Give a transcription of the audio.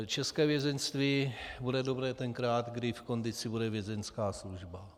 České vězeňství bude dobré tenkrát, kdy v kondici bude Vězeňská služba.